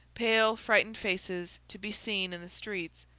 pale frightened faces to be seen in the streets.